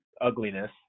ugliness